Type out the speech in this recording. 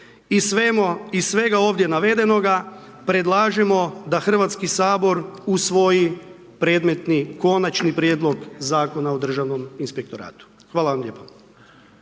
Iz svega ovdje navedenoga predlažemo da Hrvatski sabor usvoji predmetni, Konačni prijedlog Zakona o Državnom inspektoratu. Hvala vam lijepa.